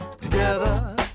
Together